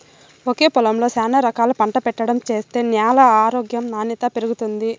ఒకే పొలంలో శానా రకాలు పంట పెట్టడం చేత్తే న్యాల ఆరోగ్యం నాణ్యత పెరుగుతుంది